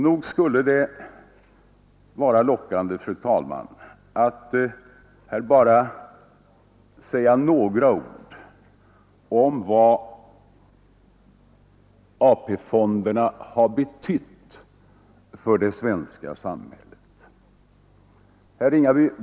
Nog skulle det vara lockande, fru talman, att här säga några ord om vad AP-fonderna har betytt för det svenska samhället.